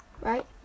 right